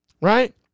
right